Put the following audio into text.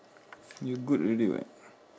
you good already [what]